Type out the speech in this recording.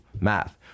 math